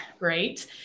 Great